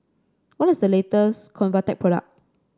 what is the latest Convatec product